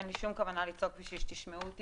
אין לי שום כוונה לצעוק בשביל שתשמעו אותי,